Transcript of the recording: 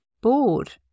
bored